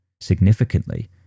significantly